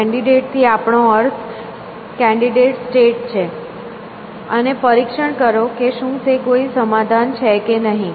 candidate થી આપણો અર્થ કેન્ડીડેટ સ્ટેટ છે અને પરીક્ષણ કરો કે શું તે કોઈ સમાધાન છે કે નહીં